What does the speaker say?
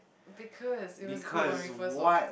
because it was good when we first watch